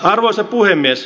arvoisa puhemies